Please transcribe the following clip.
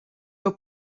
your